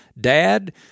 dad